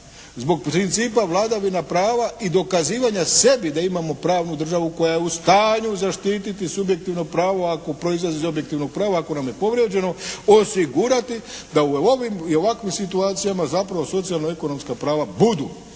zbog principa vladavina prava i dokazivanja sebi da imamo pravnu državu koja je u stanju zaštititi subjektivno pravo ako proizlazi iz objektivnog prava ako nam je povrijeđeno osigurati da u ovim i u ovakvim situacijama zapravo socijalno-ekonomska prava budu